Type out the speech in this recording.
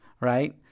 right